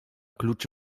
klucz